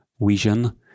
vision